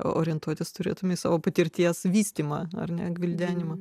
orientuotis turėtumei savo patirties vystymą ar net gvildenimą